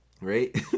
right